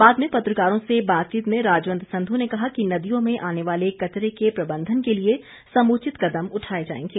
बाद में पत्रकारों से बातचीत में राजवंत संध् ने कहा कि नदियों में आने वाले कचरे के प्रबंधन के लिए समुचित कदम उठाए जाएंगे